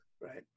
Right